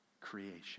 creation